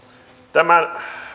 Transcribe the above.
tämän